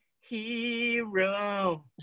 hero